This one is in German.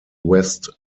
west